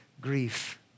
grief